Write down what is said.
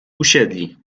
usiedli